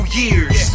years